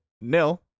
nil